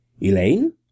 Elaine